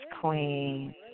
Queen